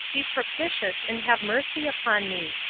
be propitious, and have mercy upon me.